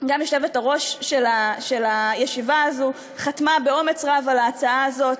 גם היושבת-ראש של הישיבה הזאת חתמה באומץ רב על ההצעה הזאת,